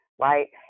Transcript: right